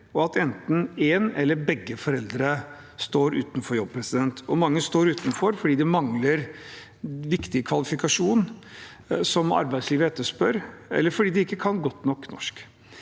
og at enten en forelder eller begge foreldre står utenfor jobb. Mange står utenfor fordi de mangler viktig kvalifikasjon som arbeidslivet etterspør, eller fordi de ikke kan norsk godt nok.